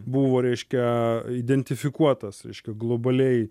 buvo reiškia identifikuotas reiškia globaliai